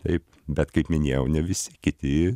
taip bet kaip minėjau ne visi kiti